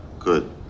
Good